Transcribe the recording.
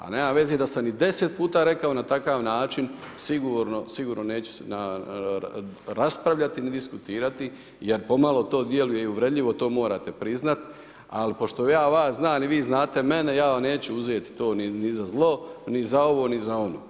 Ali nema veze i da sam i deset puta rekao na takav način, sigurno neću raspravljati ni diskutirati jer pomalo to djeluje uvredljivo, to morate priznati, ali pošto ja vas znam i vi znate mene, ja vam neću uzeti to ni za zlo, ni za ovo ni za ono.